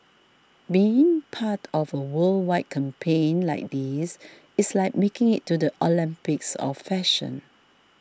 being part of a worldwide campaign like this it's like making it to the Olympics of fashion